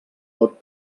pot